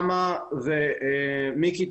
מיקי,